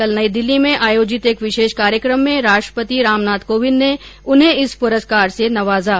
कल नई दिल्ली में आयोजित एक विशेष कार्यक्रम में राष्ट्रपति रामनाथ कोविन्द ने उन्हें इस पुरस्कार से नवाजा